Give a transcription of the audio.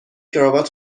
کراوات